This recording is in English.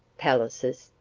palaces,